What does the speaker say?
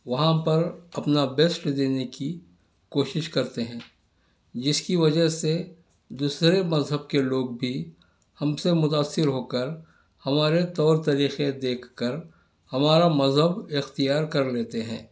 وہاں پر اپنا بیسٹ دینے کی کوشش کرتے ہیں جس کی وجہ سے دوسرے مذہب کے لوگ بھی ہم سے متاثر ہو کر ہمارے طور طریقے دیکھ کر ہمارا مذہب اختیار کر لیتے ہیں